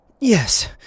Yes